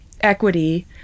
equity